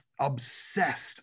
obsessed